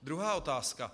Druhá otázka.